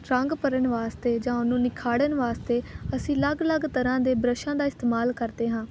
ਰੰਗ ਭਰਨ ਵਾਸਤੇ ਜਾਂ ਉਹਨੂੰ ਨਿਖਾੜਨ ਵਾਸਤੇ ਅਸੀਂ ਅਲੱਗ ਅਲੱਗ ਤਰ੍ਹਾਂ ਦੇ ਬ੍ਰੱਸ਼ਾਂ ਦਾ ਇਸਤੇਮਾਲ ਕਰਦੇ ਹਾਂ